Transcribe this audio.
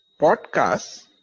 podcasts